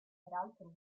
peraltro